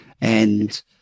and-